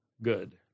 good